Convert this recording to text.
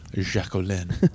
Jacqueline